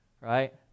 Right